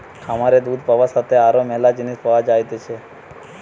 খামারে দুধ পাবার সাথে আরো ম্যালা জিনিস পাওয়া যাইতেছে